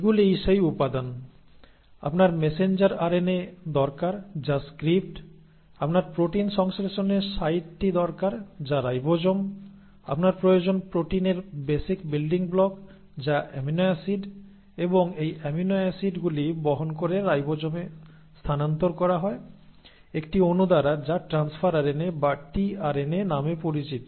এগুলিই সেই উপাদান আপনার ম্যাসেঞ্জার আরএনএ দরকার যা স্ক্রিপ্ট আপনার প্রোটিন সংশ্লেষণের সাইটটি দরকার যা রাইবোজোম আপনার প্রয়োজন প্রোটিনের বেসিক বিল্ডিং ব্লক যা অ্যামিনো অ্যাসিড এবং এই অ্যামিনো অ্যাসিডগুলি বহন করে রাইবোজোমে স্থানান্তর করা হয় একটি অণু দ্বারা যা ট্রান্সফার আরএনএ বা টিআরএনএ নামে পরিচিত